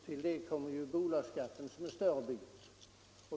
Till detta kommer bolagsskatten som en större bit.